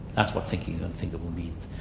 that's what thinking the unthinkable means.